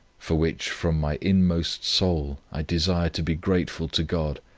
for which from my inmost soul, i desire to be grateful to god,